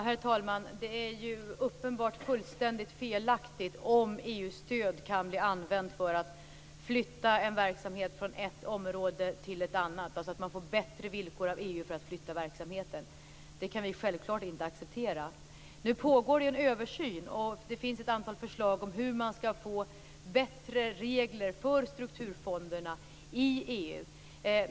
Herr talman! Det är uppenbarligen fullständigt felaktigt om EU:s stöd kan användas för att flytta en verksamhet från ett område till ett annat, dvs. att man får bättre villkor av EU för att flytta verksamheten. Det kan vi självklart inte acceptera. Nu pågår det en översyn, och det finns ett antal förslag om hur man skall få bättre regler för strukturfonderna i EU.